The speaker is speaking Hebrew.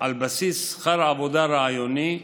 על בסיס שכר עבודה רעיוני,